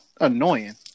annoying